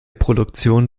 produktion